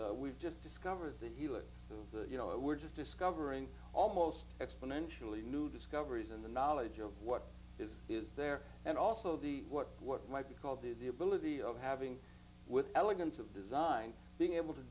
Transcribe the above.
base we've just discovered that he lived through the you know we're just discovering almost exponentially new discoveries in the knowledge of what is is there and also the what what might be called the ability of having with elegance of design being able to